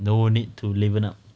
no need to level up